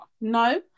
no